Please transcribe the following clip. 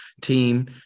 team